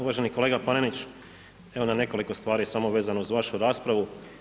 Uvaženi kolega Panenić, evo na nekoliko stvari sam vezano uz vašu raspravu.